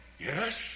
yes